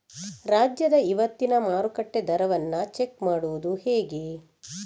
ರಾಜ್ಯದ ಇವತ್ತಿನ ಮಾರುಕಟ್ಟೆ ದರವನ್ನ ಚೆಕ್ ಮಾಡುವುದು ಹೇಗೆ?